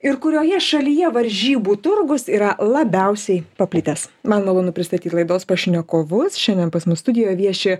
ir kurioje šalyje varžybų turgus yra labiausiai paplitęs man malonu pristatyt laidos pašnekovus šiandien pas mus studijoj vieši